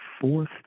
fourth